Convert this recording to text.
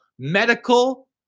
medical